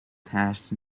passed